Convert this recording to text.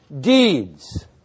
deeds